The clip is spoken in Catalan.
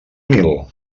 mil